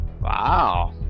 Wow